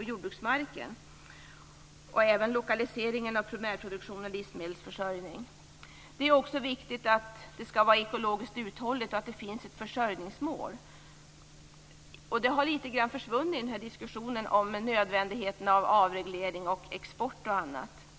jordbruksmarken och att man även behåller lokaliseringen av primärproduktion och livsmedelsförsörjning på nuvarande nivå. Det är också viktigt att jordbruket är ekologiskt uthålligt och att det finns ett försörjningsmål. Det har litet grand försvunnit i diskussionen om nödvändigheten av avreglering, export och annat.